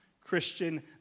Christian